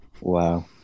Wow